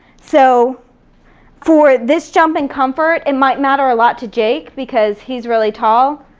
so for this jump in comfort, it might matter a lot to jake because he's really tall,